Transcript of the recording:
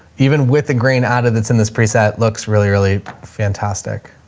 even with the green out of that's in this preset looks really, really fantastic.